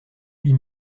huit